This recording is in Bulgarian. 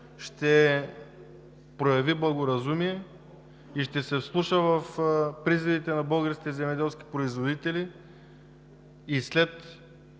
ще прояви благоразумие и ще се вслуша в призивите на българските земеделски производители и след